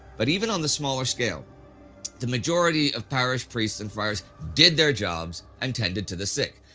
but even on the smaller scale the majority of parish priests and friars did their jobs and tended to the sick.